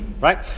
right